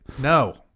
No